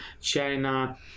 China